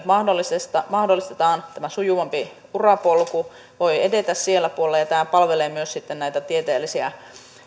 nyt mahdollistetaan sujuvampi urapolku voi edetä siellä puolella ja tämä palvelee myös tieteellisiä